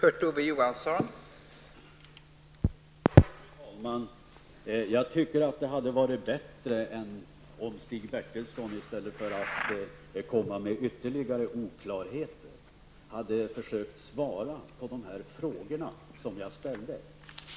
Fru talman! Jag tycker att det hade varit bättre om Stig Bertilsson i stället för att komma med ytterligare oklarheter hade försökt svara på de frågor som jag har ställt.